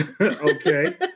Okay